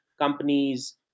companies